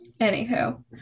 anywho